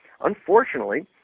Unfortunately